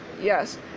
yes